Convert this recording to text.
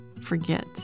forget